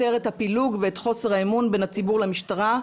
את הפילוג ואת חוסר האמון בין הציבור למשטרה,